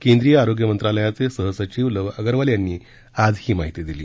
केंद्रीय आरोग्य मंत्रालयाचे सहसचिव लव अगरवाल यांनी आज ही माहिती दिली